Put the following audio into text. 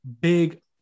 big